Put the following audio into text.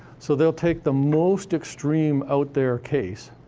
so they'll take the most extreme, out-there case,